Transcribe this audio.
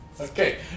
Okay